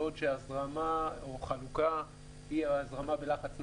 בעוד שהזרמה או חלוקה היא הזרמה בלחץ נמוך.